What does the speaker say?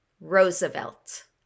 Roosevelt